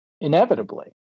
inevitably